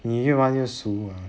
你又玩那个了